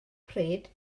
pryd